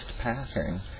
pattern